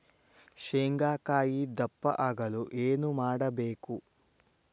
ಶೇಂಗಾಕಾಯಿ ದಪ್ಪ ಆಗಲು ಏನು ಮಾಡಬೇಕು?